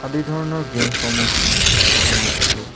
আদি ধৰণৰ গেমসমূহ মই খেলোঁ